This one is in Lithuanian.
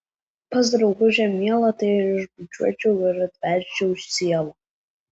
pas draugužę mielą tai ir išbučiuočiau ir atverčiau sielą